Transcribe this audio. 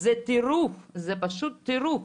זה טירוף, זה פשוט טירוף.